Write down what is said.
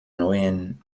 neuen